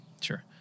Sure